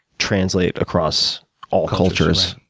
translate across all cultures,